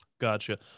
Gotcha